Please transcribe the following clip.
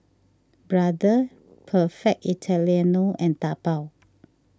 Brother Perfect Italiano and Taobao